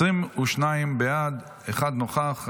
22 בעד, אחד נוכח.